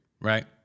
Right